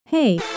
Hey